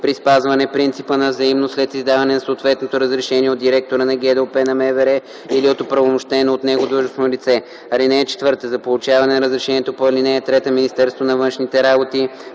при спазване принципа на взаимност след издаване на съответното разрешение от директора на ГДОП на МВР или от оправомощено от него длъжностно лице. (4) За получаване на разрешението по ал. 3 Министерството на външните работи